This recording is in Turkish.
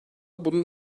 bunun